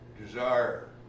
desire